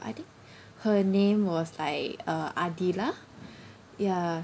I think her name was like uh adilah ya